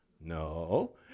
No